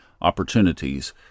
opportunities